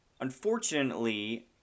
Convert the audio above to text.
Unfortunately